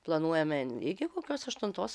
planuojame iki kokios aštuntos